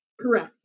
Correct